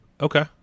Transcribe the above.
Okay